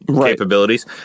capabilities